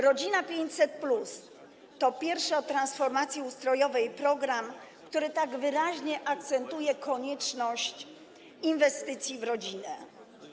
Rodzina 500+” to pierwszy od transformacji ustrojowej program, który tak wyraźnie akcentuje konieczność inwestycji w rodzinę.